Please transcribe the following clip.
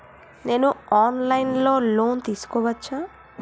నేను online లో loan తీసుకోవచ్చా?